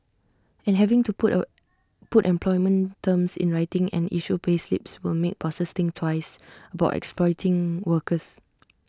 and having to put put employment terms in writing and issue payslips will make bosses think twice about exploiting workers